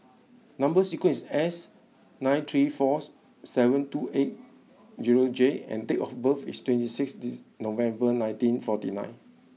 number sequence is S nine three fours seven two eight zero J and date of birth is twenty sixth dizzy November nineteen forty nine